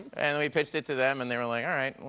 and we pitched it to them and they were like all right.